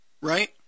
Right